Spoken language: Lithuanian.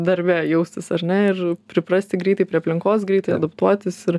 darbe jaustis ar ne ir priprasti greitai prie aplinkos greitai adaptuotis ir